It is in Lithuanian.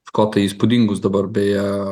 škotai įspūdingus dabar beje